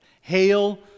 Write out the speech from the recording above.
Hail